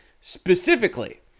specifically